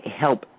help